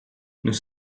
nous